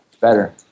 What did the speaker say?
Better